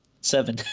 Seven